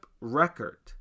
record